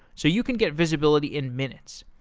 so you can get visibility in minutes.